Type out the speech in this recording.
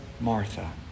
Martha